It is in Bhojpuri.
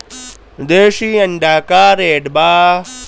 देशी अंडा का रेट बा?